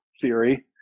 theory